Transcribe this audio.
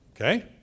okay